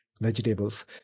vegetables